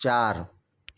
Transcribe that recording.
ચાર